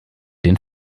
den